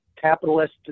capitalist